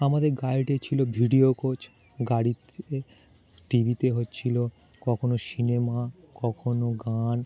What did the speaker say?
আমাদের গাড়িটি ছিলো ভিডিও কোচ গাড়িতে টিভিতে হচ্ছিলো কখনো সিনেমা কখনো গান